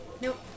Nope